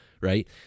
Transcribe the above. right